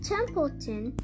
Templeton